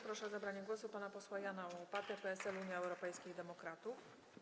Proszę o zabranie głosu pana posła Jana Łopatę, PSL - Unia Europejskich Demokratów.